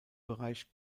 bereich